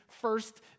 first